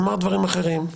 הוא אמר דברים אחרים,